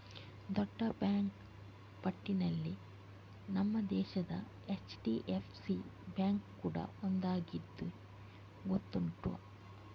ದೊಡ್ಡ ಬ್ಯಾಂಕು ಪಟ್ಟಿನಲ್ಲಿ ನಮ್ಮ ದೇಶದ ಎಚ್.ಡಿ.ಎಫ್.ಸಿ ಬ್ಯಾಂಕು ಕೂಡಾ ಒಂದಾಗಿದೆ ಗೊತ್ತುಂಟಾ